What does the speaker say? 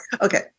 Okay